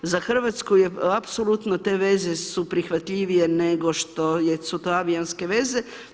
Za Hrvatsku apsolutno te veze su prihvatljivije nego što su to avionske veze.